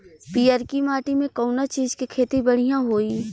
पियरकी माटी मे कउना चीज़ के खेती बढ़ियां होई?